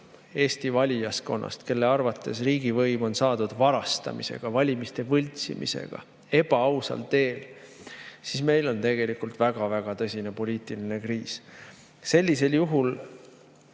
Eesti valijaskonnast, kelle arvates riigivõim on saadud varastamisega, valimiste võltsimisega, ebaausal teel, siis meil on tegelikult väga tõsine poliitiline kriis. Sellisel juhul